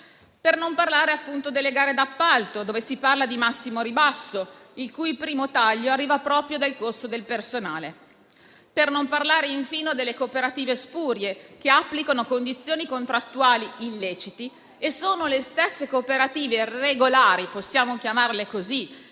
Per non parlare delle gare d'appalto, dove si parla di massimo ribasso, il cui primo taglio arriva proprio dal costo del personale o, infine, delle cooperative spurie, che applicano condizioni contrattuali illecite e sono le stesse cooperative regolari - possiamo chiamarle così